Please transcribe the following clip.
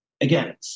Again